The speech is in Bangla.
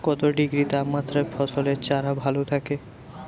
কত ডিগ্রি তাপমাত্রায় ফসলের চারা ভালো থাকে?